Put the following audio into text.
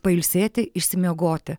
pailsėti išsimiegoti